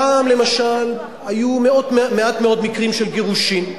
פעם, למשל, היו מעט מאוד מקרים של גירושין.